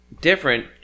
different